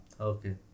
Okay